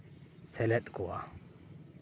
ᱥᱮᱞᱮᱫ ᱠᱚᱣᱟ